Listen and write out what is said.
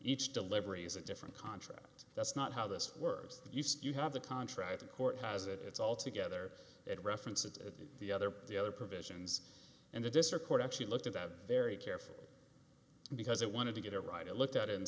each delivery is a different contract that's not how this words you have the contract the court has it it's all together it reference it's the other the other provisions and the district court actually looked at that very carefully because it wanted to get it right it looked at it and